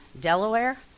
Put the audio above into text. Delaware